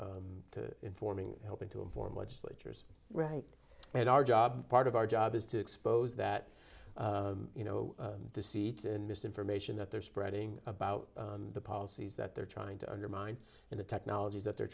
two to informing helping to inform legislatures right and our job part of our job is to expose that you know the seats and misinformation that they're spreading about the policies that they're trying to undermine in the technologies that they're